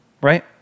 right